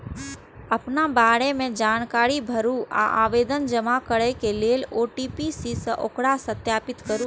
अपना बारे मे जानकारी भरू आ आवेदन जमा करै लेल ओ.टी.पी सं ओकरा सत्यापित करू